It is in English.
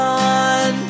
on